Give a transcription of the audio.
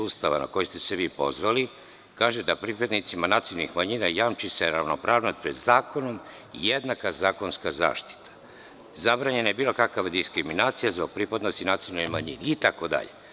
Ustava na koji ste se vi pozvali kaže da se pripadnicima nacionalnih manjina jamči ravnopravnost pred zakonom i jednaka zakonska zaštita, zabranjena je bilo kakva diskriminacija zbog pripadnosti nacionalnoj manjini itd.